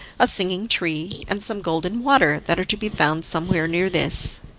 a singing tree, and some golden water that are to be found somewhere near this?